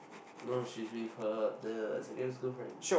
no no she's with her the secondary school friend